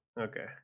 Okay